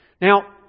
Now